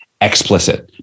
explicit